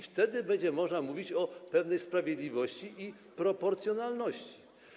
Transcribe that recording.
Wtedy będzie można mówić o pewnej sprawiedliwości i proporcjonalności.